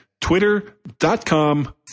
twitter.com